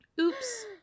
Oops